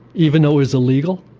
even though it was illegal,